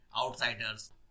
outsiders